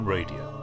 Radio